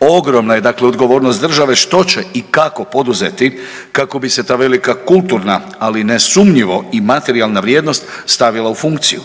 Ogromna je dakle odgovornost države što će i kako poduzeti kako bi se ta velika kulturna, ali nesumnjivo i materijalna vrijednost, stavila u funkciju.